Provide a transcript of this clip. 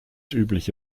übliche